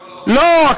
לא, לא.